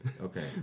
Okay